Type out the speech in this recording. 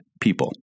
people